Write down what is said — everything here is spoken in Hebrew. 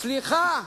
סליחה,